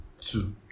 two